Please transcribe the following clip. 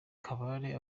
kabale